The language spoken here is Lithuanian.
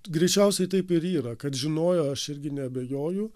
greičiausiai taip ir yra kad žinojo aš irgi neabejoju